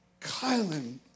Kylan